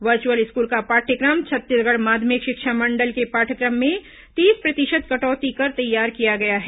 virtual school का पाठयक्रम छत्तीसगढ़ माध्यमिक शिक्षा मंडल के पाठयक्रम में तीस प्रतिशत कटौती कर तैयार किया गया है